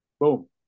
boom